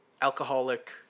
alcoholic